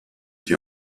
die